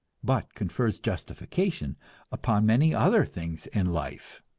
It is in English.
but confers justification upon many other things in life.